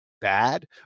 bad